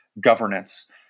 governance